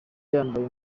yambaye